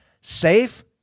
Safe